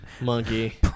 Monkey